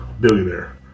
Billionaire